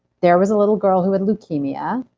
there was a little girl who had leukemia,